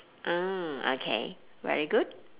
mm okay very good